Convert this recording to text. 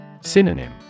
Synonym